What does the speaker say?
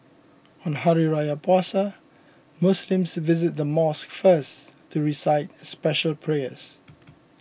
on Hari Raya Puasa Muslims visit the mosque first to recite special prayers